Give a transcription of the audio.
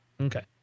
Okay